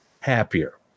happier